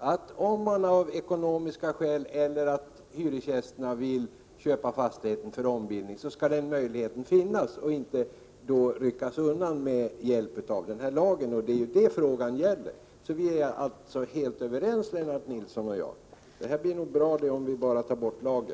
att av ekonomiska skäl sälja och därmed ge hyresgästerna möjlighet att köpa fastigheter för ombildning till bostadsrätt. Vi vill inte rycka undan denna möjlighet genom den föreslagna lagen. Det är detta frågan gäller. Vi är alltså helt överens, Lennart Nilsson och jag. Det här skall nog bli bra om vi bara slipper denna lag.